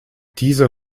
dieser